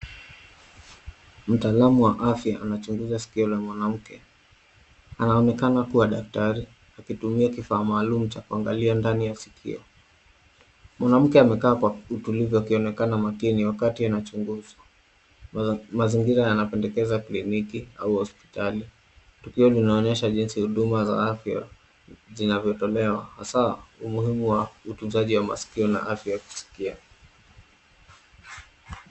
Mtaalamu wa afya anachunguza sikio la mwanamke, anaonekana kuwa dakitari akitumia kifaa maalumu cha kuangalia ndani ya sikio. Mwanamke amekaa kwa utulivu akionekana makini wakati anachunguzwa. Mazingira yanapendekeza kiliniki au hospitali. Tukio linaonyesha jinsi huduma za afya zinavyotolewa hasa umuhumi wa utuzaji wa masikio na afya ya kusikia.